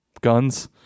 guns